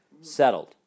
Settled